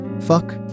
Fuck